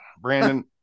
Brandon